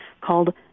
called